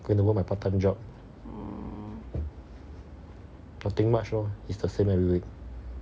gonna work my part time job nothing much lor it's the same every week